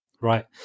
right